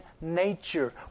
nature